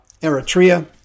Eritrea